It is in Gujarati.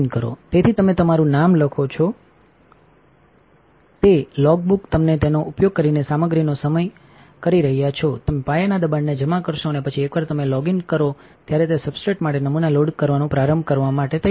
તેથી તમે તમારું નામ લખો છો તે લlogગબુક તમે તેનો ઉપયોગ કરીને સામગ્રીનો સમય કરી રહ્યા છો તમે પાયાના દબાણને જમા કરશો અને પછીએકવાર તમે લ logગ ઇન કરો ત્યારે તે સબસ્ટ્રેટ માટે નમૂના લોડ કરવાનું પ્રારંભ કરવા માટે તૈયાર છે